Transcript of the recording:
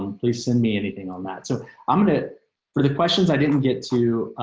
um please send me anything on that. so i'm going to for the questions i didn't get to